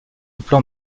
plan